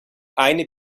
eine